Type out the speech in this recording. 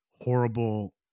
horrible